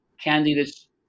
candidates